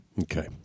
okay